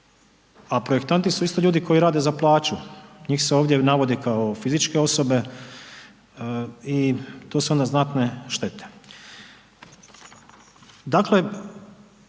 a projektanti su isto ljudi koji rade za plaću, njih se ovdje navodi kao fizičke osobe i to su onda znatne štete. Dakle,